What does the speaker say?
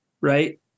right